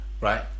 Right